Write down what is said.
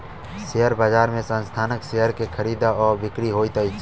share बजार में संस्थानक शेयर के खरीद आ बिक्री होइत अछि